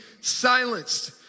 silenced